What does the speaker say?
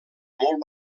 molt